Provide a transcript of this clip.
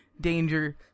Danger